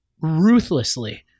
ruthlessly